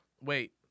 wait